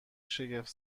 شگفت